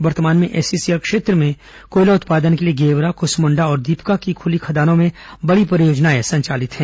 वर्तमान में एसईसीएल क्षेत्र में कोयला उत्पादन के लिए गेवरा क्समुंडा और दीपका की खुली खदानों में बड़ी परियोजनाएं संचालित हैं